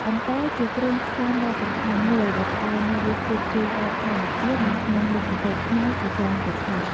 អំពិល ជាគ្រឿងផ្សំដ៏សំខាន់មួយដែលផ្តល់នូវរសជាតិជូរបែបធម្មជាតិនៅក្នុងមុខម្ហូបខ្មែរជាច្រើនប្រភេទ។